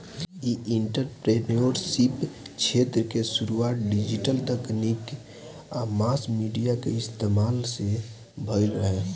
इ एंटरप्रेन्योरशिप क्षेत्र के शुरुआत डिजिटल तकनीक आ मास मीडिया के इस्तमाल से भईल रहे